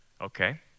okay